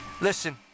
Listen